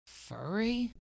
furry